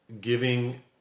giving